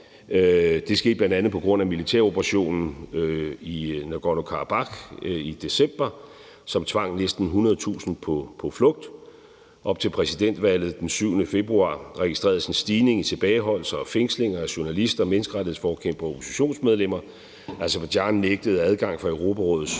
Det skete bl.a. på grund af militæroperationen i Nagorno-Karabakh i december, som tvang næsten 100.000 på flugt. Op til præsidentvalget den 7. februar registreredes en stigning i tilbageholdelser og fængslinger af journalister, menneskerettighedsforkæmpere og oppositionsmedlemmer. Aserbajdsjan nægtede adgang for Europarådets